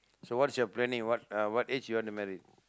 so what's your planning what uh what age you want to marry